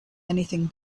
anything